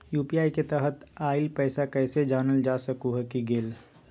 UPI के तहत आइल पैसा कईसे जानल जा सकहु की आ गेल?